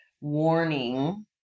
warning